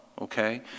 Okay